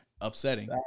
Upsetting